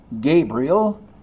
Gabriel